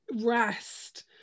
rest